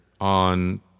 on